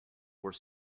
were